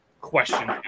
question